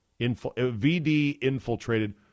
VD-infiltrated